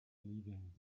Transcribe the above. leaving